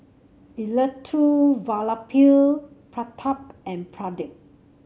Elattuvalapil Pratap and Pradip